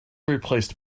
replaced